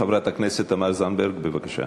חברת הכנסת תמר זנדברג, בבקשה.